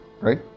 Right